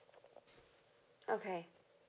okay